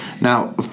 Now